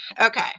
Okay